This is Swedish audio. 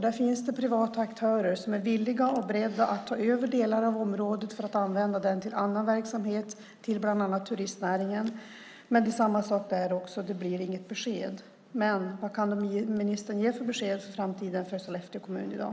Det finns privata aktörer som är villiga och beredda att ta över delar av området för att använda det till annan verksamhet, bland annat turistnäringen, men det blir inget besked. Vad kan ministern ge för besked för framtiden för Sollefteå kommun i dag?